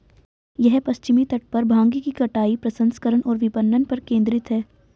यह पश्चिमी तट पर भांग की कटाई, प्रसंस्करण और विपणन पर केंद्रित है